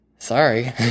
Sorry